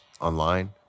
online